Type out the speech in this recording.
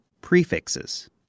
prefixes